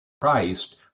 Christ